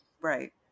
Right